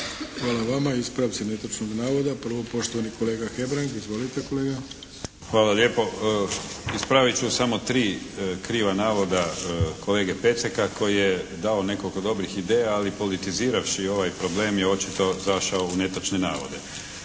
Hvala vama. Ispravci netočnog navoda. Prvo, poštovani kolega Hebrang. Izvolite kolega. **Hebrang, Andrija (HDZ)** Hvala lijepo. Ispravit ću samo tri kriva navoda kolege Peceka koji je dao nekoliko dobrih ideja ali politiziravši ovaj problem je očito zašao u netočne navode.